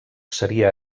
seria